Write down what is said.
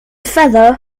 feather